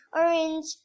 orange